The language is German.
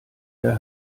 der